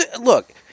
Look